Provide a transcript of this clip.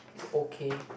it's okay